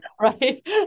right